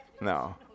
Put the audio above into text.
no